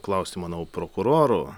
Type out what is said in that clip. klausti manau prokurorų